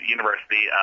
University